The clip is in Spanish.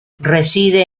reside